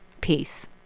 Peace